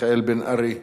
מיכאל בן-ארי.